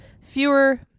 fewer